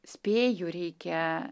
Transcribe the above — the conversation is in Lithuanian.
spėju reikia